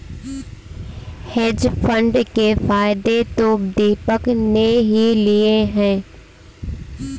hedge fund के फायदे तो दीपक ने ही लिए है